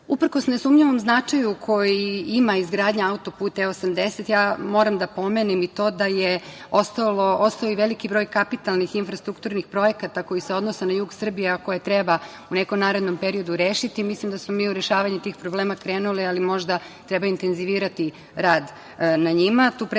okruga. Uprkos nesumnjivom značaju koji ima izgradnja autoputa E80 moram da pomenem i to da je ostao i veliki broj kapitalnih infrastrukturnih projekata koji se odnose na jug Srbije, a koji treba u nekom narednom periodu rešiti i mislim da smo mi u rešavanje tih problema krenuli, ali možda treba intenzivirati rad na njima.